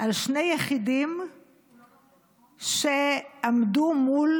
על שני יחידים שעמדו מול